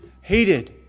hated